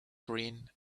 green